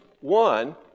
one